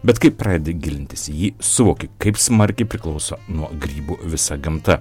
bet kai pradedi gilintis į jį suvoki kaip smarkiai priklauso nuo grybų visa gamta